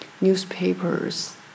newspapers